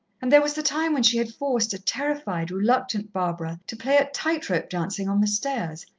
and there was the time when she had forced a terrified, reluctant barbara to play at tight-rope dancing on the stairs,